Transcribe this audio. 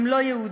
הם לא יהודים.